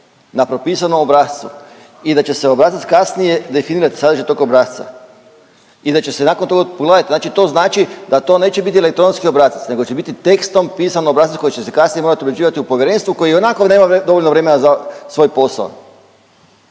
na propisanom obrascu i da će se obrazac, kasnije definirat sadržaj tog obrasca i da će se nakon tog, pogledajte, znači to znači da to neće biti elektronski obrazac nego će biti tekstom pisan obrazac koji će se kasnije morati uređivati u Povjerenstvu koji ionako nema dovoljno vremena za svoj posao.